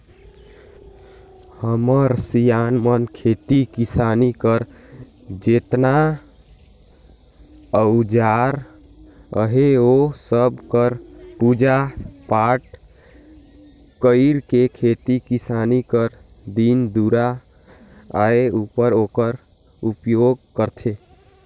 हमर सियान मन खेती किसानी कर जेतना अउजार अहे ओ सब कर पूजा पाठ कइर के खेती किसानी कर दिन दुरा आए उपर ओकर उपियोग करथे